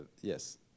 Yes